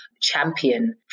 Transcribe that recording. champion